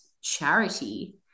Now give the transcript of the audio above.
charity